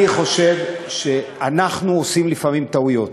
אני חושב שאנחנו עושים לפעמים טעויות.